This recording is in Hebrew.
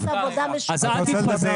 אז אל תתפזר,